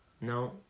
no